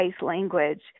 language